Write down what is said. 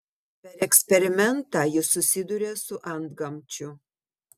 per eksperimentą jis susiduria su antgamčiu